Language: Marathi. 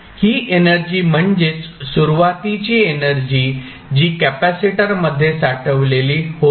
ही एनर्जी म्हणजेच सुरुवातीची एनर्जीजी कॅपेसिटरमध्ये साठवलेली होती